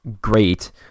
great